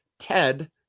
Ted